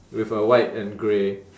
with a white and grey